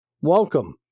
welcome